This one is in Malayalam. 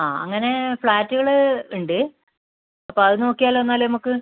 ആ അങ്ങനെ ഫ്ലാറ്റുകള് ഉണ്ട് അപ്പോൾ അത് നോക്കിയാലോ എന്നാല് നമുക്ക്